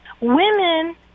Women